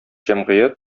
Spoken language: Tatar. җәмгыять